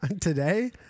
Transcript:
Today